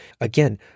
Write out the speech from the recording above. Again